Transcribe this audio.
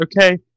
Okay